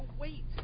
wait